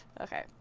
Okay